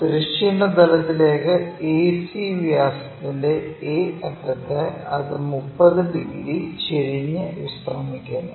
തിരശ്ചീന തലത്തിലേക്ക് AC വ്യാസത്തിന്റെ A അറ്റത്ത് അത് 30 ഡിഗ്രി ചെരിഞ്ഞ് വിശ്രമിക്കുന്നു